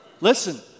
listen